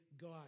God